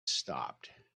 stopped